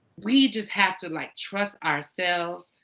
we just have to, like, trust ourselves.